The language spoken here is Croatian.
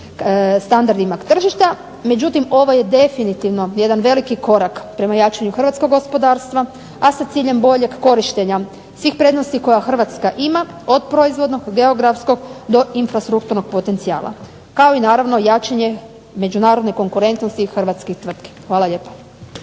standardima tržišta. Međutim, ovo je definitivno jedan veliki korak prema jačanju hrvatskog gospodarstva, a sa ciljem boljeg korištenja svih prednosti koja Hrvatska ima od proizvodnog, geografskog do infrastrukturnog potencija, kao i naravno jačanje međunarodne konkurentnosti hrvatskih tvrtki. Hvala lijepa.